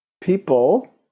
people